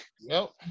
Nope